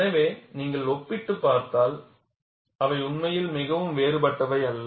எனவே நீங்கள் ஒப்பிட்டுப் பார்த்தால் அவை உண்மையில் மிகவும் வேறுபட்டவை அல்ல